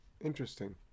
Interesting